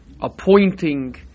appointing